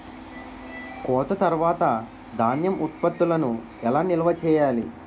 కోత తర్వాత ధాన్యం ఉత్పత్తులను ఎలా నిల్వ చేయాలి?